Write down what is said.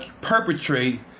perpetrate